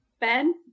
Ben